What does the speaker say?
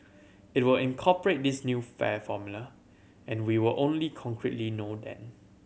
it will incorporate this new fare formula and we will only concretely know then